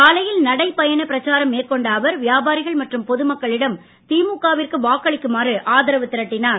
காலையில் நடைபயண பிரச்சாரம் மேற்கொண்ட அவர் வியாபாரிகள் மற்றும் பொதுமக்களிடம் திமுக விற்கு வாக்களிக்குமாறு ஆதாவு திரட்டினார்